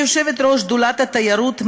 כיושבת-ראש שדולת התיירות,